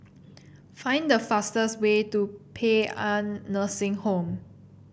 find the fastest way to Paean Nursing Home